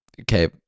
okay